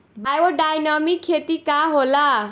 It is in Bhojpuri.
बायोडायनमिक खेती का होला?